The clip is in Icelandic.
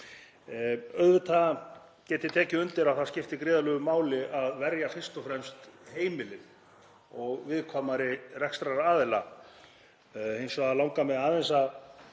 Auðvitað get ég tekið undir að það skiptir gríðarlegu máli að verja fyrst og fremst heimilin og viðkvæmari rekstraraðila. Hins vegar langar mig aðeins,